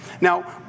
Now